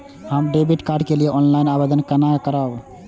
हम debit card के लिए ऑनलाइन आवेदन केना करब?